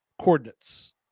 coordinates